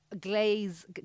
glaze